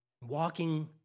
walking